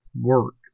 work